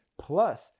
Plus